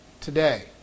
today